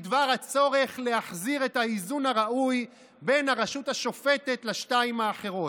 בדבר הצורך להחזיר את האיזון הראוי בין הרשות השופטת לשתיים האחרות.